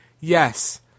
yes